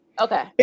Okay